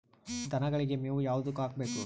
ದನಗಳಿಗೆ ಮೇವು ಯಾವುದು ಹಾಕ್ಬೇಕು?